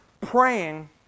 praying